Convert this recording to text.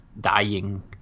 dying